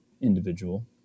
individual